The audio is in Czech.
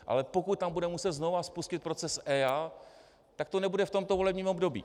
Ale pokud tam budeme muset znovu spustit proces EIA, tak to nebude v tomto volebním období.